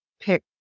pick